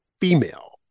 female